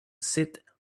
sit